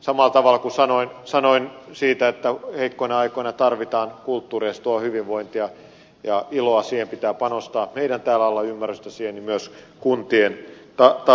samalla tavalla kuin sanoin siitä että heikkoina aikoina tarvitaan kulttuuria se tuo hyvinvointia ja iloa siihen pitää panostaa meillä täällä pitää olla ymmärrystä siihen niin myös kuntien tasolla